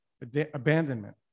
abandonment